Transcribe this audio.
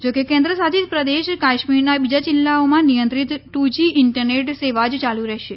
જોકે કેન્દ્ર શાસિત પ્રદેશ કાશ્મીરના બીજા જિલ્લાઓમાં નિયંત્રીત ટ્ર જી ઈન્ટરનેટ સેવા જ ચાલુ રહેશે